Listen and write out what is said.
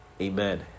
Amen